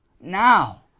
Now